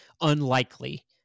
unlikely